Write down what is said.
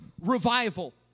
revival